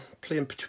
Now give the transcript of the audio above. playing